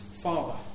father